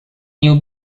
new